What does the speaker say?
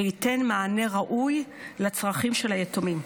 וייתן מענה ראוי לצורכי היתומים.